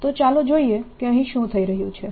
તો ચાલો જોઈએ કે શું થઈ રહ્યું છે